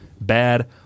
bad